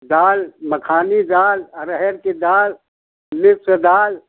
दाल मखनी दाल अरहर की दाल मिक्स दाल